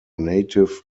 native